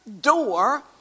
door